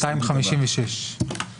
שלושה